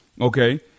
okay